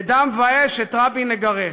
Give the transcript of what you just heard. "בדם ואש את רבין נגרש".